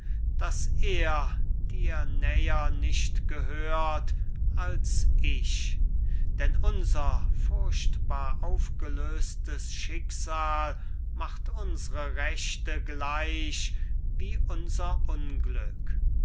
daß er dir näher nicht gehört als ich denn unser furchtbar aufgelöstes schicksal macht unsre rechte gleich wie unser unglück